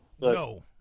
No